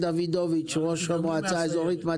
הייתי אצלך פעמיים.